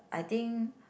I think